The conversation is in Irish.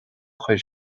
chuir